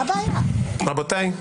רבותיי.